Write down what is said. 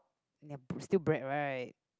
!aiya! sti~ still bread right